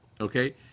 okay